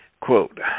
Quote